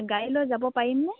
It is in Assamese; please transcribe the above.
গাড়ী লৈ যাব পাৰিমনে